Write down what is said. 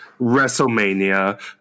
Wrestlemania